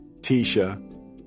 Tisha